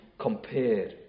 compare